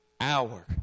hour